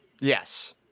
Yes